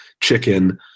chicken